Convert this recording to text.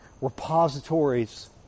repositories